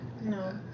No